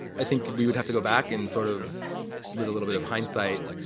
i think we would have to go back in sort of with a little bit of hindsight,